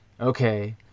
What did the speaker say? okay